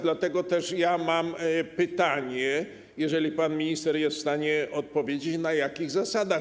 Dlatego też mam pytanie, jeżeli pan minister jest w stanie odpowiedzieć: Na jakich zasadach?